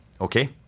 okay